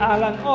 Alan